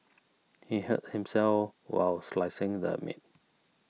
he hurt himself while slicing the meat